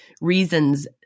reasons